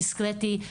דיסקרטי,